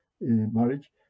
marriage